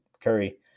Curry